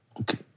Okay